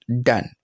Done